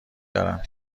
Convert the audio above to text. دارم